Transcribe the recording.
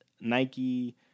Nike